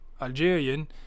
Algerian